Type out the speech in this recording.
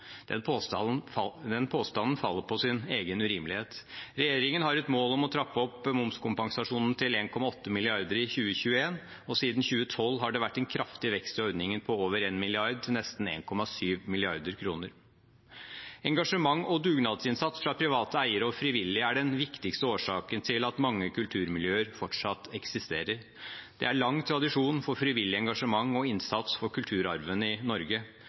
Den påstanden faller på sin egen urimelighet. Regjeringen har et mål om å trappe opp momskompensasjonen til 1,8 mrd. kr i 2021. Siden 2012 har det vært en kraftig vekst i ordningen, på over 1 mrd. kr, til nesten 1,7 mrd. kr. Engasjement og dugnadsinnsats fra private eiere og frivillige er den viktigste årsaken til at mange kulturmiljøer fortsatt eksisterer. Det er lang tradisjon for frivillig engasjement og innsats for kulturarven i Norge.